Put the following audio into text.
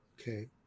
Okay